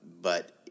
But-